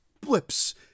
blips